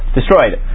destroyed